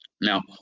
Now